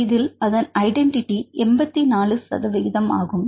இதில் அதன் ஐடென்டிட்டி 84 சதவிகிதம் ஆகும்